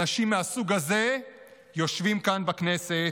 אנשים מהסוג הזה יושבים כאן בכנסת,